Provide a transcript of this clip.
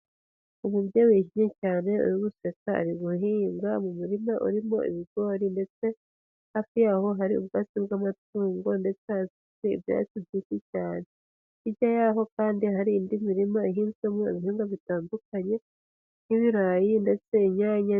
Umubyeyi wishimye cyane uri guseka. ari guhinga mu murima urimo ibigori, ndetse hafi yaho hari ubwatsi bw'amatungo, ndetse hasi hari ibyatsi byinshi cyane. Hirya yaho kandi hari hari indi mirima ihizwemo ibihingwa bitandukanye. Nk'ibirayi ndetse inyanya...